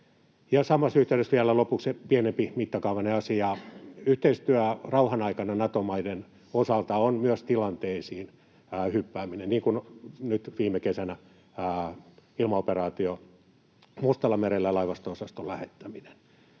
samassa yhteydessä vielä lopuksi pienempimittakaavainen asia. Yhteistyötä rauhanaikana Nato-maiden osalta on myös tilanteisiin hyppääminen, niin kuin nyt viime kesänä ilmaoperaatio Mustallamerellä ja laivasto-osaston lähettäminen.